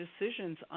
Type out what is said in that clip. decisions